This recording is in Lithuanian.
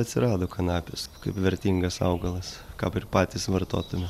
atsirado kanapės kaip vertingas augalas kap ir patys vartotume